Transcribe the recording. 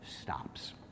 stops